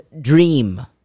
dream